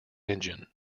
engine